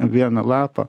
vieno lapo